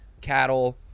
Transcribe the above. cattle